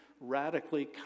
radically